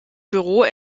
büro